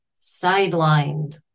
Sidelined